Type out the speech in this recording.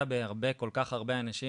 נוגע בכל כך הרבה אנשים,